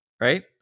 right